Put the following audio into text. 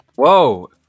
Whoa